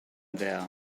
there